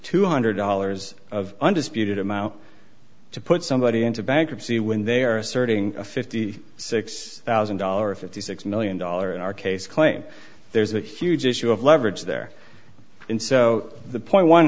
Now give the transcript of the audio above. two hundred dollars of undisputed amount to put somebody into bankruptcy when they are asserting a fifty six thousand dollars or fifty six million dollars in our case claim there's a huge issue of leverage there in so the point one